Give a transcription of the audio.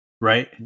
Right